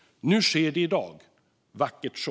Nu sker det i dag - vackert så!